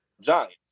giants